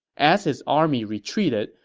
as his army retreated,